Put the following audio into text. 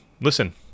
listen